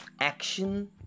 action